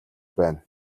байна